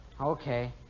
Okay